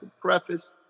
preface